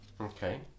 okay